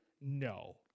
No